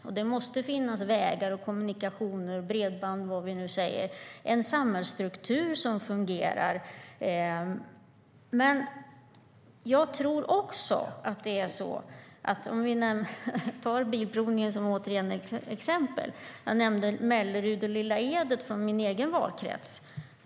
Och det måste finnas vägar, kommunikationer, bredband och en samhällsstruktur som fungerar. Jag kan återigen ta bilprovningen som exempel. Jag nämnde Mellerud och Lilla Edet från min egen valkrets.